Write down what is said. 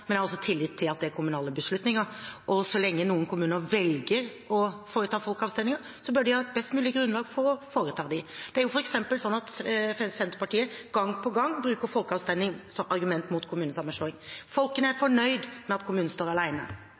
men jeg har også tillit til at det er kommunale beslutninger, og så lenge noen kommuner velger å foreta folkeavstemninger, bør de ha et best mulig grunnlag for å foreta dem. Det er f.eks. slik at Senterpartiet gang på gang bruker folkeavstemning som argument mot kommunesammenslåing – folk er fornøyd med at kommunen står